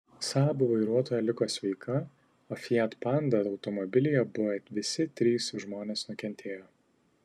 saab vairuotoja liko sveika o fiat panda automobilyje buvę visi trys žmonės nukentėjo